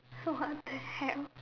so what the hell